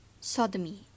sodomy